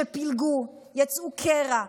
שפילגו, יצרו קרע,